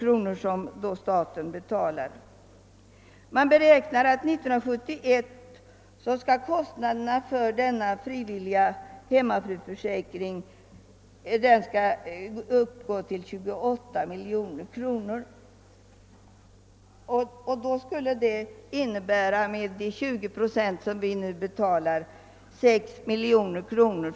Under år 1971 beräknas kostnaderna stiga till 28 miljoner kronor, vilket betyder en statlig utgift på 6 miljoner kronor.